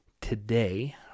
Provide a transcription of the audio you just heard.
today